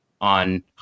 on